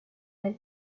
del